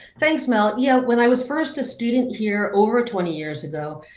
thanks, mel. yeah when i was first a student here over twenty years ago,